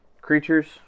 creatures